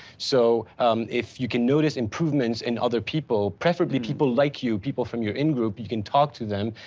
so if you can notice improvements in other people, preferably people like you, people from your in group, you can talk to them,